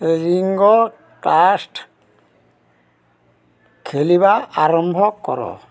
ରିଙ୍ଗକାଷ୍ଟ୍ ଖେଳିବା ଆରମ୍ଭ କର